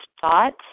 thought